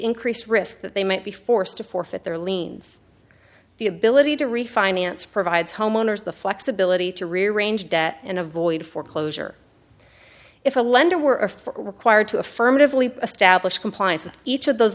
increased risk that they might be forced to forfeit their liens or the ability to refinance provides homeowners the flexibility to rearrange debt and avoid foreclosure if a lender were for required to affirmatively establish compliance with each of those